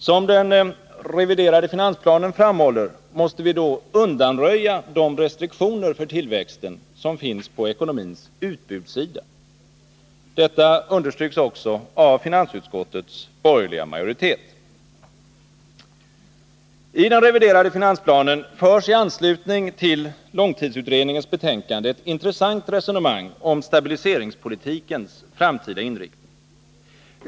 Som det framhålls i den reviderade finansplanen måste vi då undanröja de restriktioner för tillväxten som finns på ekonomins utbudssida. Detta understryks också av finansutskottets borgerliga majoritet. I den reviderade finansplanen förs i anslutning till långtidsutredningens betänkande ett intressant resonemang om stabiliseringspolitikens framtida inriktning.